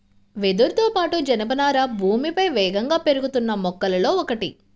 వెదురుతో పాటు, జనపనార భూమిపై వేగంగా పెరుగుతున్న మొక్కలలో ఒకటి